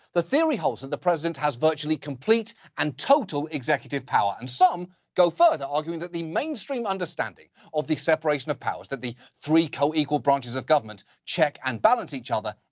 the theory holds that and the president has virtually complete and total executive power. and some go further, arguing that the mainstream understanding of the separation of powers, that the three coequal branches of government check and balance each other,